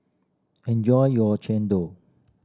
enjoy your chendol